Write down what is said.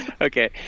Okay